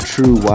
True